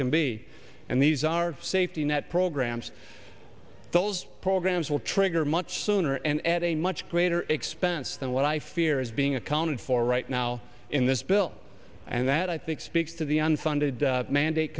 can be and these are safety net programs those programs will trigger much sooner and at a much greater expense than what i fear is being accounted for right now in this bill and that i think speaks to the unfunded mandate